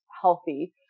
healthy